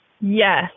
Yes